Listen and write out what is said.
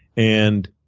and,